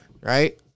right